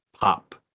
pop